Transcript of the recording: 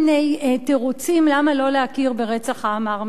תירוצים למה לא להכיר ברצח העם הארמני.